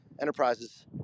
Enterprises